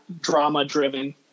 drama-driven